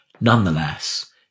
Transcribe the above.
Nonetheless